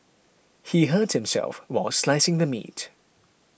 he hurt himself while slicing the meat